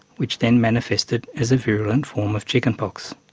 which then manifested as a virulent form of chickenpox.